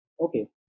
Okay